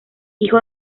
hijo